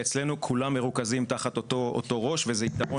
ואצלנו כולם מרוכזים תחת אותו ראש וזה יתרון.